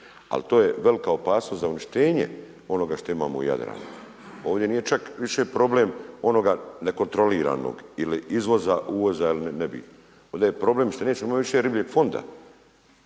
Al to je velika opasnost za uništenje onoga što imamo u Jadranu. Ovdje nije čak više problem onoga nekontroliranog ili izvoza, uvoza, nebitno. Ovdje je problem što nećemo imat više ribljeg fonda,